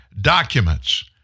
documents